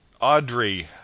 Audrey